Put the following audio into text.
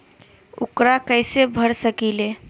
ऊकरा कैसे भर सकीले?